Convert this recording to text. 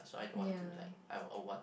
ya